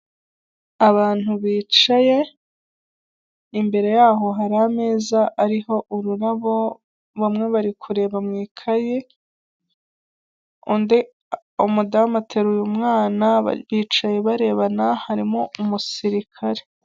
Abantu bicaye imbere yaho hari ameza ariho ururabo bamwe bari kureba mu ikayi, undi umudamu ateruye mwana baricaye barebana harimo umusirikare.